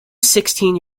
sixteen